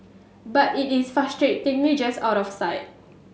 but it is out of sight